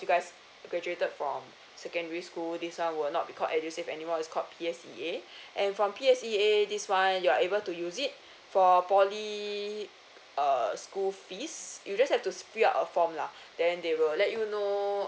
you guys graduated from secondary school this one we will not call edusave anymore is called P_S_E_A and for P_S_E_A this one you are able to use it for poly err school fees you just have to fill up a form lah then they will let you know